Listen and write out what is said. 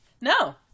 No